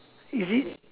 is it